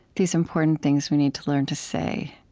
these important things we need to learn to say,